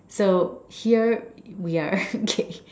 so here we are okay